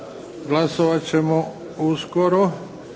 Glasovati ćemo uskoro.